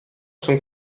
zum